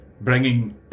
bringing